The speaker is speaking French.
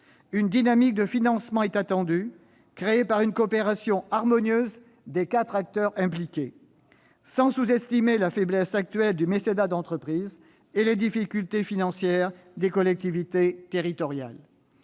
Une dynamique de financement est donc attendue, créée par une coopération harmonieuse des quatre acteurs impliqués, sans sous-estimer la faiblesse actuelle du mécénat d'entreprise et les difficultés financières des collectivités territoriales.